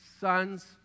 sons